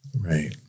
Right